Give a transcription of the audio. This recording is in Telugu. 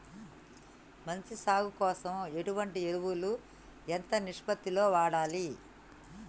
మంచి సాగు కోసం ఎటువంటి ఎరువులు ఎంత నిష్పత్తి లో వాడాలి?